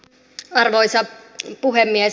arvoisa puhemies